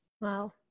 Wow